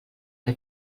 que